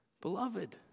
Beloved